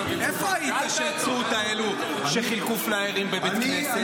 איפה היית כשעצרו את האלה שחילקו פלאיירים בבית כנסת?